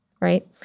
right